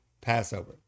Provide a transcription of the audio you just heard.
Passover